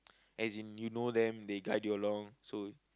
as in you know them they guide you along so